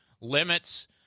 limits